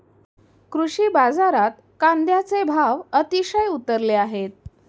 कृषी बाजारात कांद्याचे भाव अतिशय उतरले आहेत